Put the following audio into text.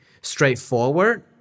straightforward